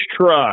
truck